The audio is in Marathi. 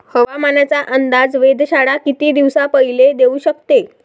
हवामानाचा अंदाज वेधशाळा किती दिवसा पयले देऊ शकते?